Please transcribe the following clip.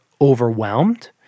overwhelmed